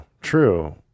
true